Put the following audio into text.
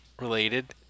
related